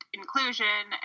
inclusion